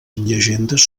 llegendes